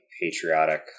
patriotic